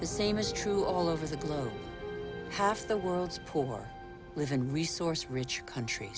the same is true all over the globe half the world's poor live in resource rich countr